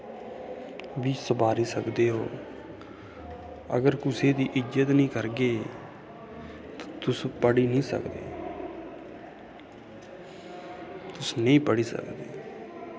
बी सवारी सकदे ओ अगर कुसे दी इज्जत नी करगे तुस पढ़ी नी सकदे तुस नेंई पढ़ी सकदे